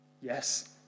Yes